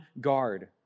guard